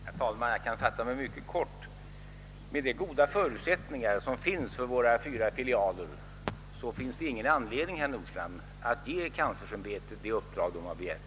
Herr talman! Jag kan fatta mig mycket kort. Med de goda förutsättningar som råder för våra fyra filialer finns det ingen anledning, herr Nordstrandh, att ge universitetskanslersämbetet det uppdrag som ämbetet har begärt.